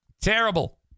Terrible